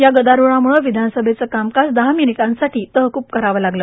या गदारोळामुळे विधानसभेचं कामकाज दहा मिनीटांसाठी तहकुब करावं लागलं